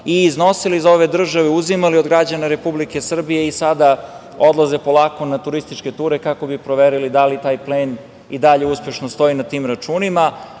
i iznosili iz ove države, uzimali od građana Republike Srbije i sada odlaze polako na turističke ture kako bi proverili da li taj plen i dalje uspešno stoji na tim računima,